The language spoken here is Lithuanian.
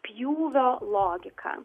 pjūvio logiką